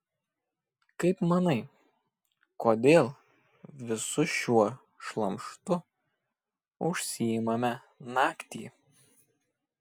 kaip manai kodėl visu šiuo šlamštu užsiimame naktį